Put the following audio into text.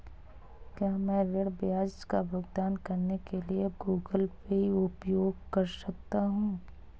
क्या मैं ऋण ब्याज का भुगतान करने के लिए गूगल पे उपयोग कर सकता हूं?